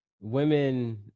women